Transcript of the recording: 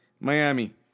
Miami